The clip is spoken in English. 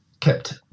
kept